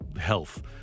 health